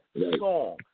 song